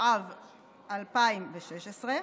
התשע"ו 2016,